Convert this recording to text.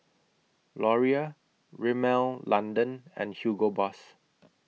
Laurier Rimmel London and Hugo Boss